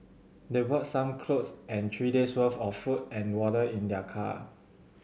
they brought some clothes and three days' worth of food and water in their car